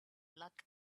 luck